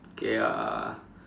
K uh